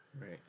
Right